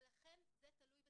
ולכן זה תלוי בתקציבים.